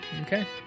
okay